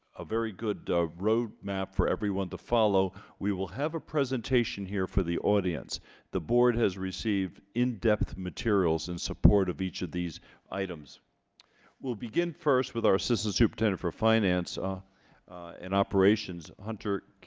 a very good road map for everyone to follow we will have a presentation here for the audience the board has received in-depth materials and support of each of these items we'll begin first with our assistant superintendent for finance ah and operations hunter